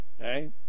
Okay